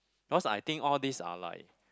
because I think all these are like